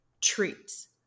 treats